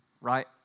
right